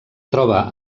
troba